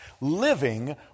living